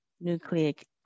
nucleic